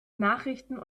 nachrichten